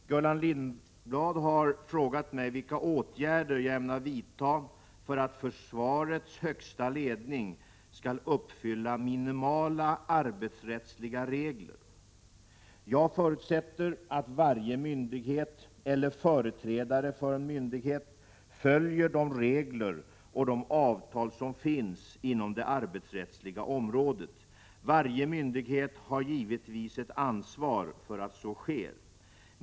Herr talman! Gullan Lindblad har frågat mig vilka åtgärder jag ämnar vidta för att försvarets högsta ledning skall uppfylla minimala arbetsrättsliga regler. Jag förutsätter att varje myndighet eller företrädare för en myndighet följer de regler och de avtal som finns inom det arbetsrättsliga området. Varje myndighet har givetvis ett ansvar för att så sker.